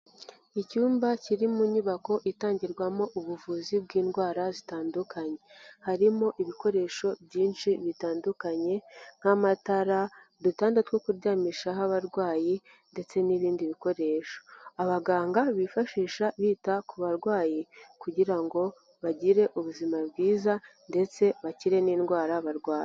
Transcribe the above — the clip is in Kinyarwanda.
Icyumba kiri mu nyubako itangirwamo ubuvuzi bw'indwara zitandukanye, harimo ibikoresho byinshi bitandukanye nk'amatara, udutanda two kuryamishaho abarwayi ndetse n'ibindi bikoresho abaganga bifashisha bita ku barwayi kugira ngo bagire ubuzima bwiza ndetse bakire n'indwara barwaye.